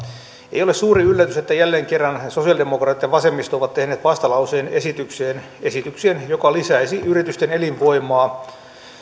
ei ole suuri yllätys että jälleen kerran sosiaalidemokraatit ja vasemmisto ovat tehneet vastalauseen esitykseen esitykseen joka lisäisi yritysten elinvoimaa